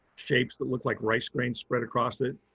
shapes that look like rice grain spread across it.